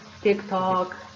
TikTok